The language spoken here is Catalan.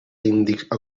índic